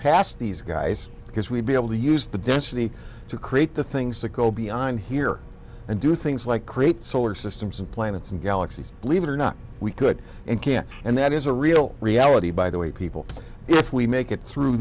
past these guys because we'd be able to use the density to create the things that go beyond here and do things like create solar systems and planets and galaxies believe it or not we could and can and that is a real reality by the way people if we make it through